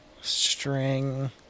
String